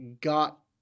got